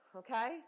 okay